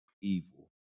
evil